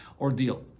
ordeal